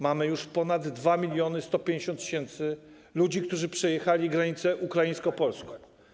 Mamy już ponad 2150 tys. ludzi, którzy przekroczyli granicę ukraińsko-polską.